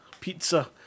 pizza